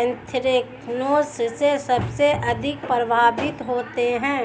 anthracnose से सबसे अधिक प्रभावित होते है